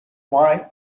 why